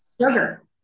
Sugar